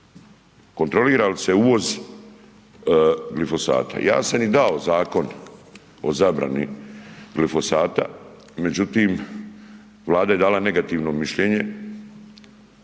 Kontrolira li se to u RH? Ja sam i dao zakon o zabrani glifosata međutim Vlada je dala negativno mišljenje,